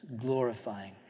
glorifying